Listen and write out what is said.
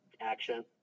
action